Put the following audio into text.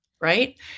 right